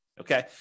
Okay